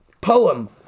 Poem